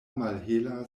malhela